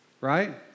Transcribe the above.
right